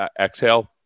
exhale